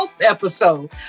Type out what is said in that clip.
episode